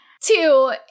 two